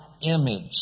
image